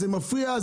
זה מפריע,